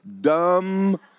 Dumb